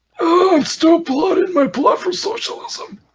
i'm still blood my blood for socialism